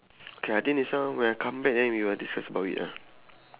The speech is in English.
okay I think this one when I come back then we will discuss about it ah